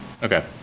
Okay